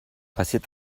passiert